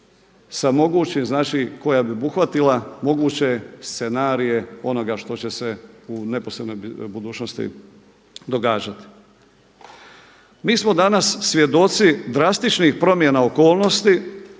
koja bi obuhvatila moguće scenarije onoga što će se u neposrednoj budućnosti događati. Mi smo danas svjedoci drastičnih promjena okolnosti